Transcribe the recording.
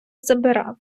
забирав